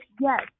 yes